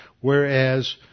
Whereas